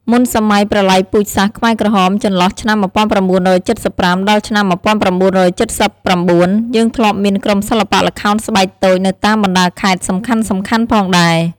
មុនសម័យប្រល័យពូជសាសន៍ខ្មែរក្រហម ចន្លោះឆ្នាំ១៩៧៥ ដល់ឆ្នាំ១៩៧៩ យើងធ្លាប់មានក្រុមសិល្បៈល្ខោនស្បែកតូចនៅតាមបណ្តាខេត្តសំខាន់ៗផងដែរ ។